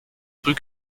früh